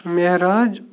مہراج